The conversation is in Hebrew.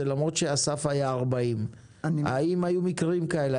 למרות שהסף היה 40. האם היו מקרים כאלה?